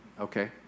Okay